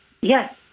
yes